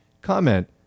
Comment